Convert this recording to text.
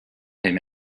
him